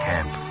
Camp